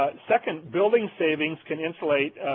ah second, building savings can insulate